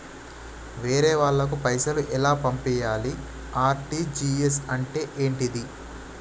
వేరే వాళ్ళకు పైసలు ఎలా పంపియ్యాలి? ఆర్.టి.జి.ఎస్ అంటే ఏంటిది?